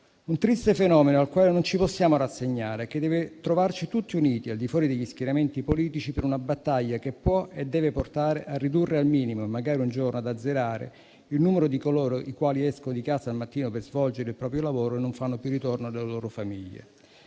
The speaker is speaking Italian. Un triste fenomeno al quale non ci possiamo rassegnare, che deve trovarci tutti uniti, al di fuori degli schieramenti politici, per una battaglia che può e deve portare a ridurre al minimo, magari un giorno ad azzerare, il numero di coloro i quali escono di casa al mattino per svolgere il proprio lavoro e non fanno più ritorno dalle loro famiglie.